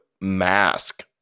mask